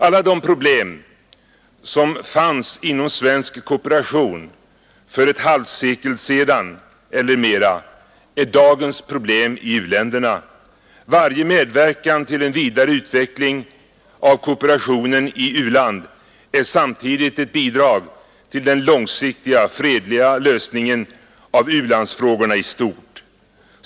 Alla de problem som fanns inom svensk kooperation för ett halvsekel sedan eller mera är dagens problem i u-länderna. Varje medverkan till en vidare utveckling av kooperationen i u-land är samtidigt ett bidrag till den långsiktiga, fredliga lösningen av u-landsfrågorna i stort.